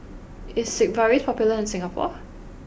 is Sigvaris popular in Singapore